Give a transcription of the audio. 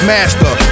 Master